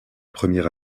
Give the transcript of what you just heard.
première